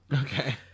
Okay